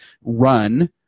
run